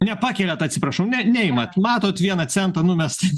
nepakeliat atsiprašau ne neimat matot vieną centą numestą